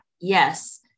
Yes